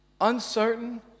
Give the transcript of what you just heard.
uncertain